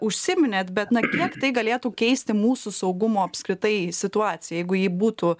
užsiminėt bet na kiek tai galėtų keisti mūsų saugumo apskritai situaciją jeigu ji būtų